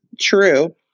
true